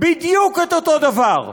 בדיוק את אותו דבר,